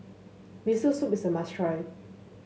Miso Soup is a must try